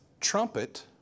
trumpet